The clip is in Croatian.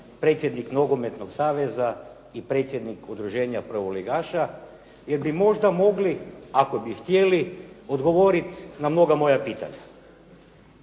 predsjednik nogometnog saveza i predsjednik Udružena prvoligaša, jer bi možda mogli ako bi htjeli odgovoriti na mnoga moja pitanja.